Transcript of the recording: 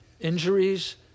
Injuries